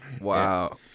Wow